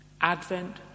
Advent